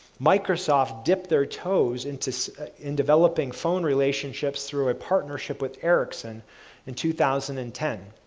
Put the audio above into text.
microsoft dip their toes into in developing phone relationships through a partnership with ericson in two thousand and ten.